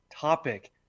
topic